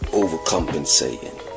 overcompensating